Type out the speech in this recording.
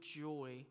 joy